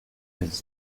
with